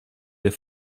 des